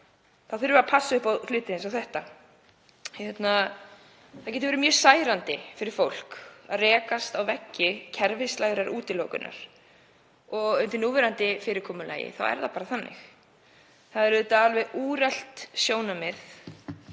við líka að passa upp á hluti eins og þennan. Það getur verið mjög særandi fyrir fólk að rekast á veggi kerfislægrar útilokunar. Undir núverandi fyrirkomulagi er það bara þannig. Það er auðvitað alveg úrelt sjónarmið